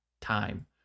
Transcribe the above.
time